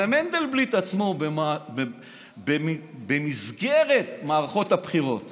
הרי מנדלבליט עצמו במסגרת מערכות הבחירות